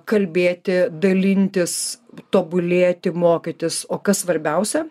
kalbėti dalintis tobulėti mokytis o kas svarbiausia